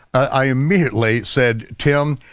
i immediately said, tim,